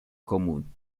común